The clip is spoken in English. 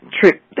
trip